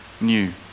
new